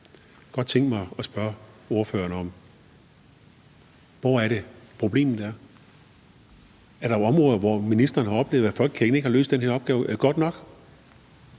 Jeg kunne godt tænke mig at spørge ordføreren: Hvor er det, problemet er? Er der områder, hvor ordføreren har oplevet at folkekirken ikke har løst den her opgave